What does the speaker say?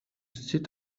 sit